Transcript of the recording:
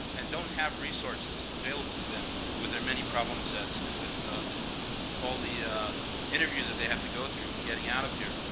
and don't have resources available to them with their many problem sets, and with all the interviews that they have to go through in getting out of here,